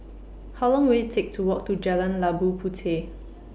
How Long Will IT Take to Walk to Jalan Labu Puteh